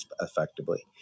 effectively